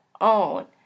own